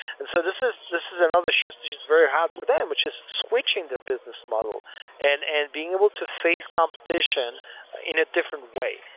and so this is this is another shift which is very hard for them which is switching their business model and and being able to face competition in a different way.